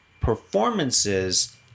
performances